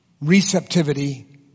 receptivity